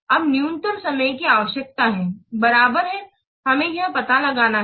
अब न्यूनतम समय की आवश्यकता है बराबर है कि हमें यह पता लगाना है